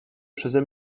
przeze